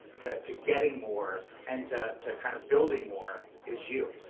to to getting more, and to to kind of building more, is you.